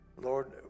Lord